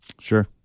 Sure